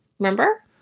remember